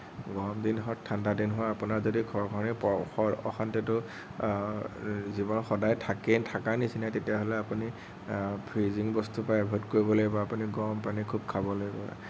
গৰম দিন হওঁক ঠাণ্ডা দিন হওঁক আপোনাৰ যদি অশান্তিটো জীৱনত সদায় থাকে থকাৰ নিচিনাই তেতিয়াহ'লে আপুনি ফ্ৰিজিং বস্তু প্ৰায় এভইড কৰিব লাগিব আপুনি গৰম পানী খুব খাব লাগিব